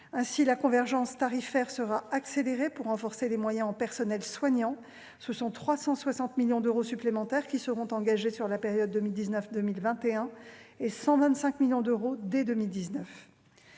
Ainsi, la convergence tarifaire sera accélérée pour renforcer les moyens en personnels soignants : ce sont 360 millions d'euros supplémentaires qui seront engagés sur la période 2019-2021, et 125 millions d'euros dès 2019.